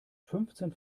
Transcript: fünfzehn